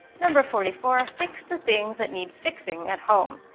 number forty four fix the things that need fixing at home.